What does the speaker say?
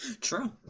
True